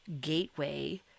gateway